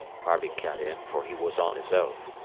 harvey cut in, for he was on his oath.